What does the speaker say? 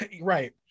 Right